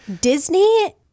Disney